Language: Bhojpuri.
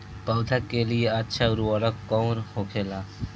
पौधा के लिए अच्छा उर्वरक कउन होखेला?